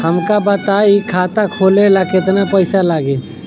हमका बताई खाता खोले ला केतना पईसा लागी?